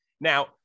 Now